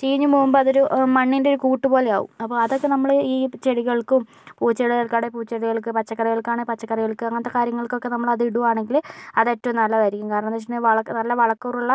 ചീഞ്ഞ് പോകുമ്പോൾ അതൊരു മണ്ണിൻ്റെ ഒരു കൂട്ട് പോലെ ആവും അപ്പോൾ അതൊക്കെ നമ്മള് ഈ ചെടികൾക്കും പൂച്ചെടികൾക്കാണെങ്കിൽ പൂച്ചെടികൾക്ക് പച്ചക്കറികൾക്കാണെങ്കിൽ പച്ചക്കറികൾക്ക് അങ്ങനത്തെ കാര്യങ്ങൾക്കൊക്കെ നമ്മളത് ഇടുകയാണെങ്കില് അത് ഏറ്റവും നല്ലതായിരിക്കും കാരണമെന്ന് വെച്ചിട്ടുണ്ടെങ്കിൽ നല്ല വളക്കൂറുള്ള